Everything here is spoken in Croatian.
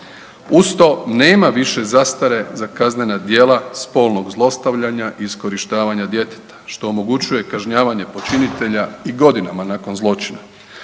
Uz to nema više zastare za kaznena djela spolnog zlostavljanja i iskorištavanja djeteta, što omogućuje kažnjavanje počinitelja i godinama nakon zločina.